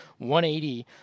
180